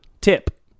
Tip